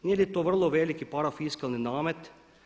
Nije li to vrlo veliki parafiskalni namet?